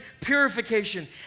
purification